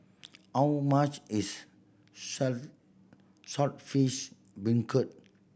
how much is Saltish Beancurd